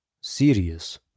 Serious